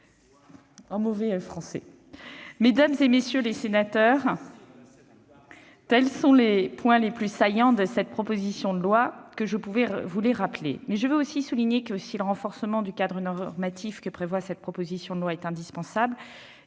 remarque ! Mesdames, messieurs les sénateurs, tels sont les points les plus saillants de cette proposition de loi que je voulais rappeler, mais je veux aussi souligner que, si le renforcement du cadre normatif que prévoit ce texte est indispensable,